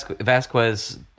Vasquez